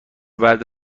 بعد